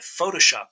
Photoshop